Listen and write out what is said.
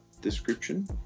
description